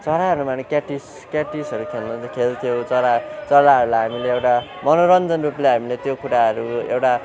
चराहरू मार्ने क्याटिस क्याटिसहरू खल्नु चाहिँ खेल्थ्यौँ चरा चराहरूलाई हामीले एउटा मनोरञ्जन रूपले हामीले त्यो कुराहरू एउटा